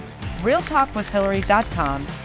realtalkwithhillary.com